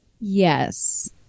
Yes